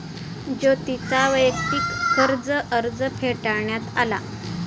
ज्योतीचा वैयक्तिक कर्ज अर्ज फेटाळण्यात आला